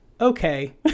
okay